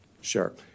Sure